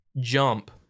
jump